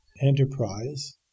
enterprise